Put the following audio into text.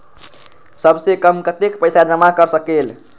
सबसे कम कतेक पैसा जमा कर सकेल?